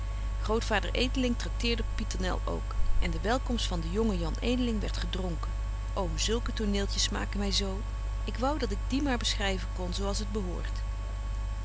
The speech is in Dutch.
grootvader edeling tracteerde pieternel ook en de welkomst van den jongen jan edeling werdt gedronken ô zulke toneeltjes smaken my zo ik wou dat ik die maar beschryven kon zo als het behoort